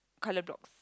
colour drops